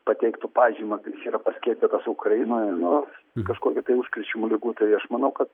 pateiktų pažymą kad yra paskiepytas ukrainoje nuo kažkokių tai užkrečiamų ligų tai aš manau kad